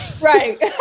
Right